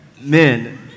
men